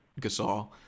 Gasol